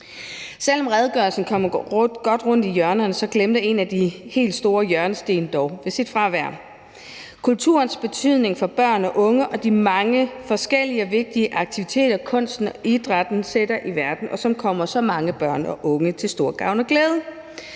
Selv om redegørelsen kommer godt rundt i hjørnerne, glimrede en af de helt store hjørnesten dog ved sit fravær, nemlig kulturens betydning for børn og unge og de mange forskellige og vigtige aktiviteter, kunsten og idrætten sætter i verden, og som kommer så mange børn og unge til stor gavn og glæde.